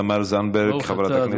תמר זנדברג, חברת הכנסת.